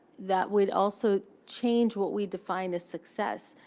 that would also change what we define as success.